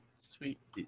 Sweet